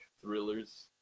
thrillers